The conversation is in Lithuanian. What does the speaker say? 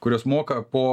kurios moka po